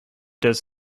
does